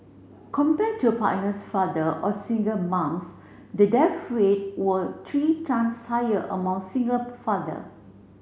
compare to partners father or single moms the death rate were three times higher among single father